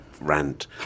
rant